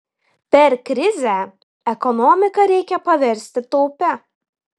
per krizę ekonomiką reikia paversti taupia